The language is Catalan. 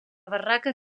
barraca